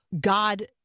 God